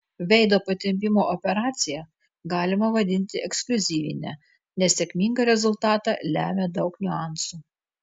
veido patempimo operaciją galima vadinti ekskliuzyvine nes sėkmingą rezultatą lemia daug niuansų